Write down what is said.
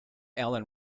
ellen